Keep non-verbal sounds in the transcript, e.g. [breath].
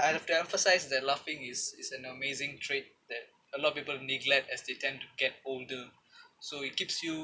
I have to emphasise that laughing is is an amazing trait that a lot of people neglect as they tend to get older [breath] so it keeps you